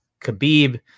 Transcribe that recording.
Khabib